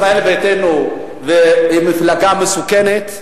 ישראל ביתנו היא מפלגה מסוכנת,